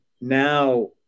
now